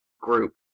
group